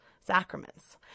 Sacraments